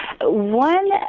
One